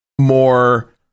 more